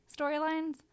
storylines